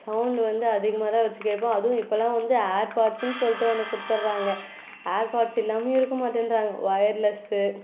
sound வந்து அதிகமாக தான் வச்சி கேட்போம் அதுவும் இப்பெல்லாம் வந்து ஏர் பாட்ஸுன்னு சொல்லிட்டு ஒன்று கொடுத்துட்றாங்க ஏர் பாட்ஸ் இல்லாமையும் இருக்க மாட்டேன்ட்றாங்க ஒயர்லெஸ்ஸு